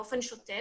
באופן שוטף.